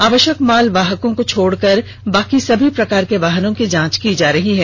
आवष्यक माल वाहकों को छोड़कर बाकी सभी प्रकार के वाहनों की जांच की जा रही है